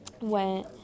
went